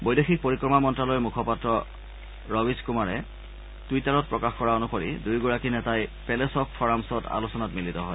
বৈদেশিক পৰিক্ৰমা মন্তালয়ৰ মুখপাত্ৰ ৰৱিজ কুমাৰে টুইটাৰত প্ৰকাশ কৰা অনুসৰি দুয়োগৰাকী নেতাই পেলেচ অব ফ'ৰামছত আলোচনাত মিলিত হয়